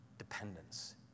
Dependence